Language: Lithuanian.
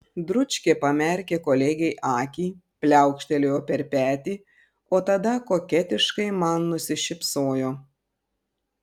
dručkė pamerkė kolegei akį pliaukštelėjo per petį o tada koketiškai man nusišypsojo